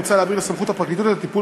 מוצע להעביר לסמכות הפרקליטות את הטיפול